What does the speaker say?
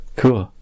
cool